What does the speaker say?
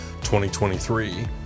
2023